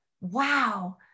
Wow